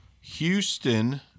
Houston –